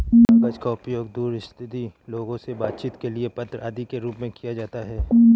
कागज का उपयोग दूर स्थित लोगों से बातचीत के लिए पत्र आदि के रूप में किया जाता है